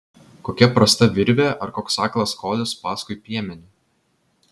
kokia prasta virvė ar koks aklas kolis paskui piemenį